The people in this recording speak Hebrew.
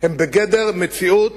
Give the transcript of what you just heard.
הם בגדר מציאות